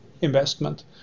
investment